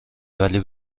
ولی